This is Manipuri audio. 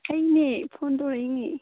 ꯑꯩꯅꯦ ꯐꯣꯟ ꯇꯧꯔꯛꯏꯅꯦ